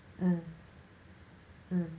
mm mm